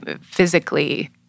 physically